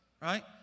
right